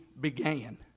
began